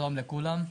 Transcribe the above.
שלום לכולם.